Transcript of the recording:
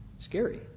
Scary